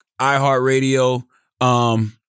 iHeartRadio